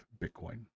Bitcoin